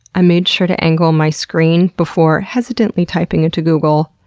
i made sure to angle my screen before hesitantly typing into google,